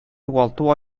югалту